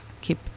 keep